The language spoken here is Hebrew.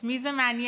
את מי זה מעניין.